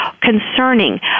concerning